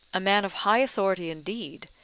a man of high authority, indeed,